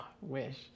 wish